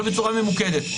אבל בצורה ממוקדת.